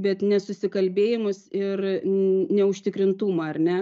bet nesusikalbėjimus ir neužtikrintumą ar ne